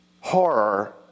horror